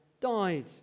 died